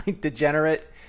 degenerate